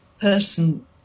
person